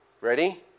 Ready